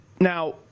now